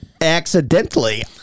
accidentally